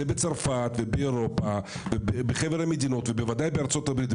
בצרפת ובאירופה ובחבר המדינות ובוודאי בארצות הברית,